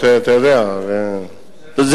יש, אתה יודע, חלק, חלק.